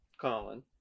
colin